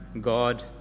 God